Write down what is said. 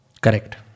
Correct